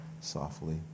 softly